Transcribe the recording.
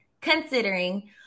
considering